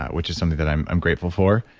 which is something that i'm i'm grateful for,